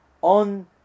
on